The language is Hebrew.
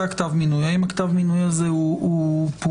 האם כתב המינוי הזה הוא פומבי?